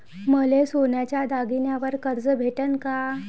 मले सोन्याच्या दागिन्यावर कर्ज भेटन का?